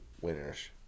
winners